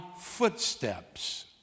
footsteps